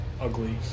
ugly